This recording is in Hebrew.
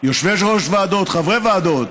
יושבי-ראש ועדות, חברי ועדות,